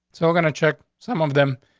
so we're gonna check some of them.